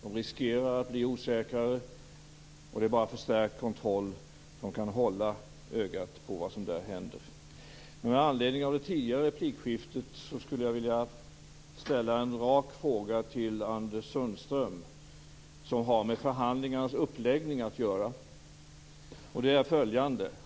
De riskerar att bli osäkrare, och det är bara förstärkt kontroll som kan hålla ögat på vad som där händer. Med anledning av det tidigare replikskiftet vill jag ställa en rak fråga till Anders Sundström som har med förhandlingarnas uppläggning att göra.